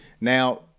Now